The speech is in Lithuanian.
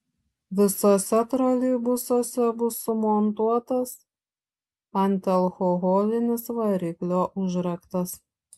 visuose troleibusuose bus sumontuotas antialkoholinis variklio užraktas